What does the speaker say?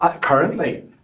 currently